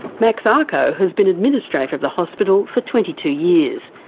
max ako has been administrator of the hospital for twenty two years.